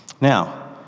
Now